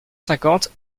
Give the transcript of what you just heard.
cinquante